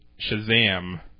Shazam